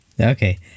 Okay